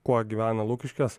kuo gyvena lukiškės